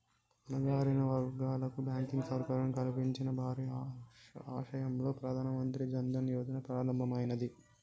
అణగారిన వర్గాలకు బ్యాంకింగ్ సౌకర్యం కల్పించాలన్న భారీ ఆశయంతో ప్రధాన మంత్రి జన్ ధన్ యోజన ప్రారంభమైనాది